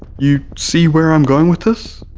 you see where i'm going with this?